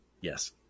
Yes